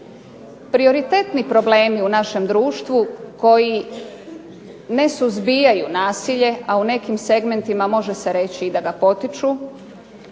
Prioritetni problemi u našem društvu koji ne suzbijaju nasilje, a u nekim segmentima može se reći da i ga potiču,